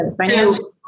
Financial